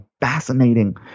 fascinating